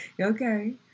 Okay